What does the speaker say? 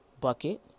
bucket